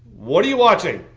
what are you watching?